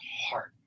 heart